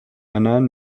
annan